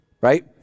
Right